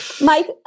Mike